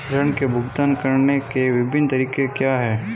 ऋृण के भुगतान करने के विभिन्न तरीके क्या हैं?